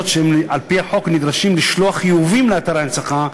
אף שעל-פי החוק הם נדרשים לשלוח חיובים לאתרי הנצחה,